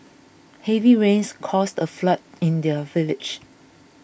heavy rains caused a flood in their village